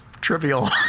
trivial